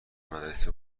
مدرسه